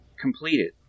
completed